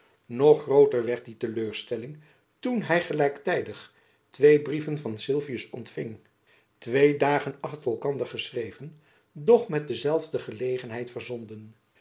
nog grooter werd die te leur stelling toen hy gelijktijdig twee brieven van sylvius ontfing twee dagen achter elkander geschreven doch met dezelfde gelegenheid verzonden